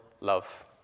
love